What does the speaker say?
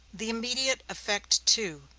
the immediate effect, too,